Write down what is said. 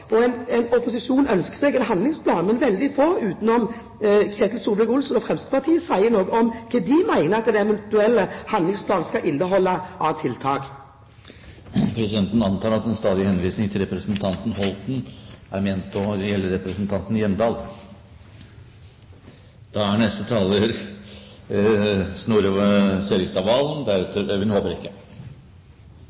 vil gjøre. En opposisjon ønsker seg en handlingsplan, men veldig få utenom Ketil Solvik-Olsen og Fremskrittspartiet sier noe om hva de mener at den eventuelle handlingsplanen skal inneholde av tiltak. Presidenten antar at den stadige henvisningen til representanten Holten er ment å gjelde representanten Hjemdal.